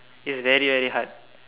it's very very hard